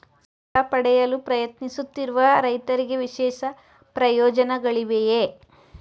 ಸಾಲ ಪಡೆಯಲು ಪ್ರಯತ್ನಿಸುತ್ತಿರುವ ರೈತರಿಗೆ ವಿಶೇಷ ಪ್ರಯೋಜನಗಳಿವೆಯೇ?